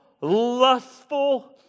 lustful